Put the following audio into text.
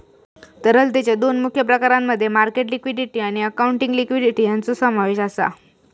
तरलतेच्या दोन मुख्य प्रकारांमध्ये मार्केट लिक्विडिटी आणि अकाउंटिंग लिक्विडिटी यांचो समावेश आसा